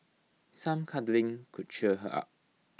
some cuddling could cheer her up